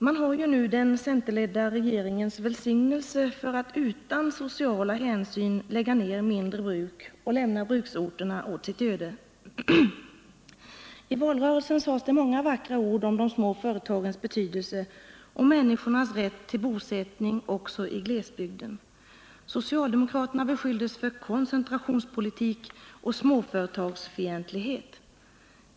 Man har nu den centerledda regeringens välsignelse för att utan sociala hänsyn lägga ned mindre bruk och lämna bruksorterna åt deras öde. I valrörelsen sades det många vackra ord om de små företagens betydelse och människornas rätt till bosättning även i glesbygden. Socialdemokraterna beskylldes för koncentrationspolitik och småföretagsfientlighet.